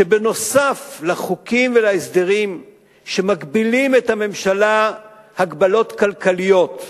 שנוסף על חוקים והסדרים שמגבילים את הממשלה הגבלות כלכליות,